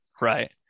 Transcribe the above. Right